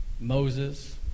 Moses